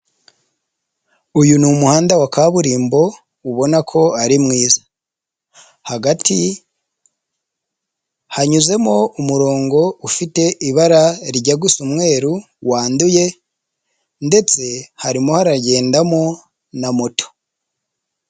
Uyu ni umuhanda wa kaburimbo ubona ko ari mwiza, hagati hanyuzemo umurongo ufite ibara rijya gusa umweru wanduye ndetse harimo haragendamo na moto.